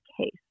case